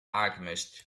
alchemist